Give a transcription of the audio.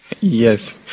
Yes